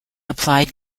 applied